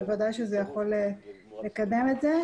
בוודאי שזה יכול לקדם את זה.